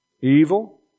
evil